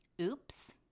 Oops